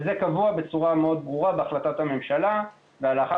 וזה קבוע בצורה מאוד ברורה בהחלטת הממשלה ולאחר